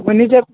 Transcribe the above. ମୁଁ ନିଜର